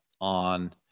on